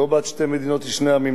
לא בעד שתי מדינות לשני עמים.